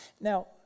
Now